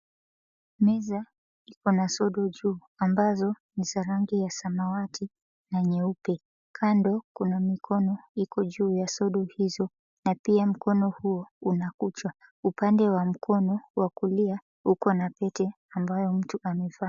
Meza iko na sodo juu ambazo ni za rangi ya samawati na nyeupe kando kuna mikono iko juu sodo hizo na pia mkono huo una kucha upande wa mkono wa kulia una pete ambayo mtu amevaa.